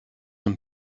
and